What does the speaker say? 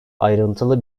ayrıntılı